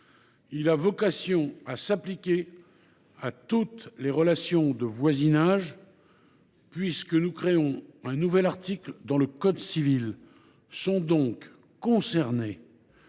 il a vocation à s’appliquer à toutes les relations de voisinage, puisque nous créons un nouvel article dans le code civil.